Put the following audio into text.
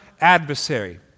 adversary